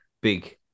big